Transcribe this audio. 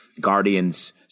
Guardian's